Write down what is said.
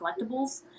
collectibles